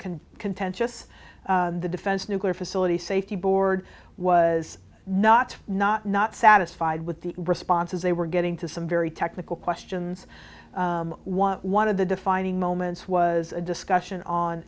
can contentious the defense nuclear facility safety board was not not not satisfied with the responses they were getting to some very technical questions one of the defining moments was a discussion on